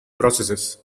processes